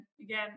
again